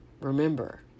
Remember